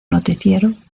noticiero